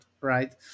right